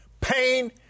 Pain